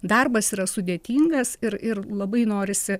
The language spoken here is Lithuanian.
darbas yra sudėtingas ir ir labai norisi